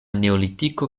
neolitiko